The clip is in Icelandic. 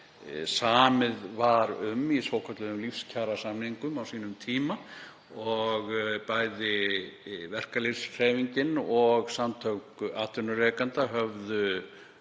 samið var um í svokölluðum lífskjarasamningum á sínum tíma og bæði verkalýðshreyfingin og samtök atvinnurekenda höfðu